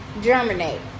germinate